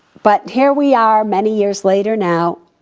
but here we are, many years later now,